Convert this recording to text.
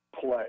play